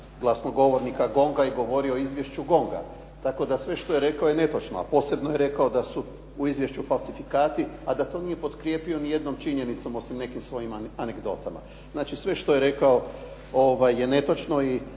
glasnogovornika Gonga i govori o izvješću Gonga. Tako da sve što je rekao je netočno, a posebno je rekao da su izvješću falsifikati, a da to nije potkrijepio ni jednom činjenicom osim nekim svojim anegdotama. Znači, sve što je rekao je netočno i